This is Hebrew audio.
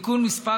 (תיקון מס'